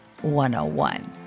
101